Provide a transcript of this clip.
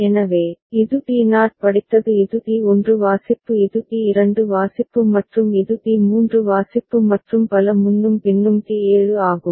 எனவே இது T naught படித்தது இது டி 1 வாசிப்பு இது டி 2 வாசிப்பு மற்றும் இது டி 3 வாசிப்பு மற்றும் பல முன்னும் பின்னும் டி 7 ஆகும்